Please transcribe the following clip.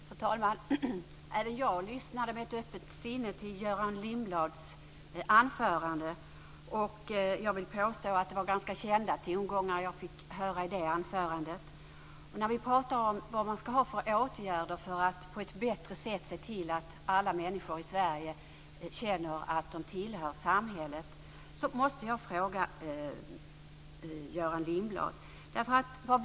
Fru talman! Även jag lyssnade med ett öppet sinne till Göran Lindblads anförande. Jag vill påstå att det var ganska kända tongångar jag fick höra i det anförandet. När vi pratar om vilka åtgärder vi ska ha för att på ett bättre sätt se till att alla människor i Sverige känner att de tillhör samhället måste jag ställa en fråga till Göran Lindblad.